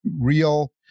real